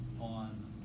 on